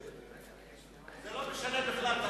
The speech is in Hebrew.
זה לא משנה בכלל.